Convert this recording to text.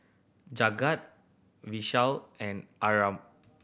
Jagat Vishal and Arnab